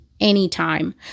anytime